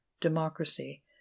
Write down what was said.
democracy